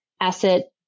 asset